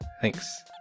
Thanks